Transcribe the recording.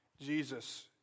Jesus